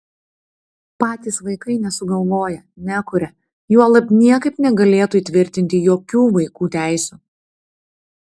patys vaikai nesugalvoja nekuria juolab niekaip negalėtų įtvirtinti jokių vaikų teisių